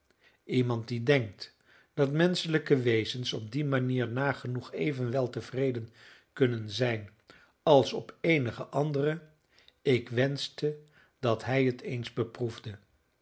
iemand die denkt dat menschelijke wezens op die manier nagenoeg even weltevreden kunnen zijn als op eenige andere ik wenschte dat hij het eens beproefde